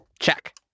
Check